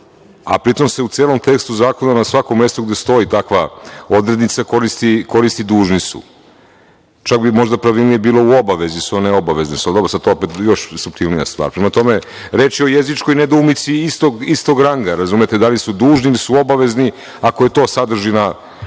a pri tome se u celom tekstu zakona, na svakom mestu gde stoji takva odrednica, koristi: „dužni su“, čak bi možda bilo pravilnije: „u obavezi su“, a ne: „obavezni su“, ali dobro sada, to opet je još suptilnija stvar. Prema tome, reč je o jezičkoj nedoumici istog ranga, razumete, da li su dužni ili su u obavezi, ako je to sadržina